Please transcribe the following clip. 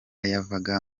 yavaga